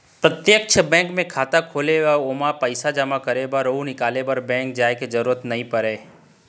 प्रत्यक्छ बेंक म खाता खोलवाए ले ओमा पइसा जमा करे बर अउ निकाले बर बेंक जाय के जरूरत नइ परय